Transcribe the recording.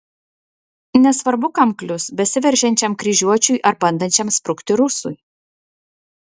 nesvarbu kam klius besiveržiančiam kryžiuočiui ar bandančiam sprukti rusui